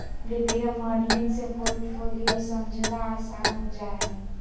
वित्तीय मॉडलिंग से पोर्टफोलियो समझला आसान हो जा हय